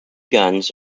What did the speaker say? guns